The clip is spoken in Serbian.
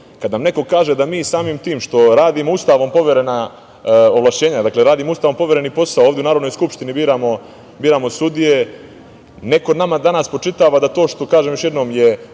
nam neko kaže da mi samim tim što radimo Ustavom poverena ovlašćenja, dakle, radimo Ustavom poveren posao ovde u Narodnoj skupštini, biramo sudije, neko nama danas spočitava da to što, kažem još jednom, je